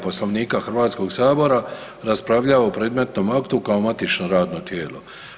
Poslovnika Hrvatskog sabora raspravljao o predmetnom aktu kao matično radno tijelo.